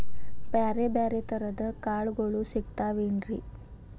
ಬ್ಯಾರೆ ಬ್ಯಾರೆ ತರದ್ ಕಾಳಗೊಳು ಸಿಗತಾವೇನ್ರಿ?